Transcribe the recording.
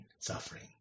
suffering